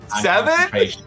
Seven